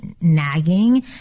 nagging